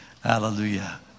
Hallelujah